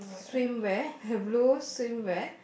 swimwear a blue swimwear